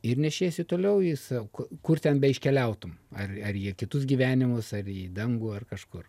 ir nešiesi toliau jis kur ten be iškeliautum ar ar į kitus gyvenimus ar į dangų ar kažkur